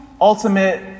ultimate